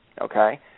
okay